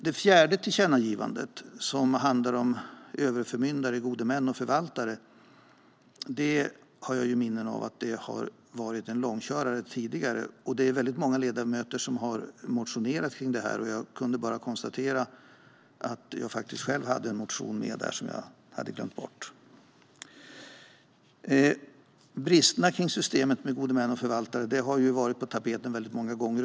Det fjärde tillkännagivandet handlar om överförmyndare, gode män och förvaltare. Jag har minnen av att detta har varit en långkörare tidigare. Det är väldigt många ledamöter som har motionerat kring det här. Jag kan konstatera att jag faktiskt själv har med en motion där som jag hade glömt bort. Bristerna i systemet med gode män och förvaltare har varit på tapeten väldigt många gånger.